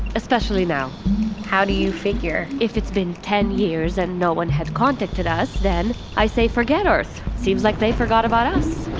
especially now how do you figure? if it's been ten years and no one has contacted us, then i say forget earth. seems like they forgot about us